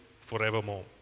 forevermore